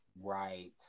Right